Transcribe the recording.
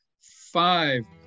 Five